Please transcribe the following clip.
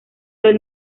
del